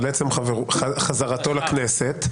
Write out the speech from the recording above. -- על עצם חזרתו לכנסת.